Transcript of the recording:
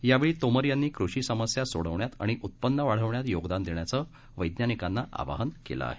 यावेळी तोमर यांनी कृषी समस्या सोडविण्यात आणि उत्पन्न वाढविण्यात योगदान देण्याचं वैज्ञानिकांना आवाहन केलं आहे